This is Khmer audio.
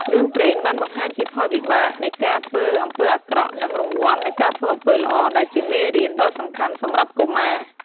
រឿងព្រេងបានបង្ហាញពីផលវិបាកនៃការធ្វើអំពើអាក្រក់ និងរង្វាន់នៃការធ្វើអំពើល្អ ដែលជាមេរៀនដ៏សំខាន់សម្រាប់កុមារ។